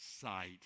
sight